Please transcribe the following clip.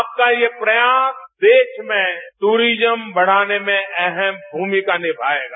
आपका यह प्रयास देश में ट्रिज्म बढ़ाने में अहम भूमिका निमाएगा